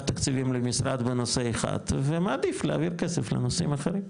תקציבים למשרד בנושא אחד ומעדיף להעביר כסף לנושאים אחרים,